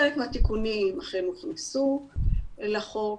חלק מהתיקונים אכן הוכנסו לחוק,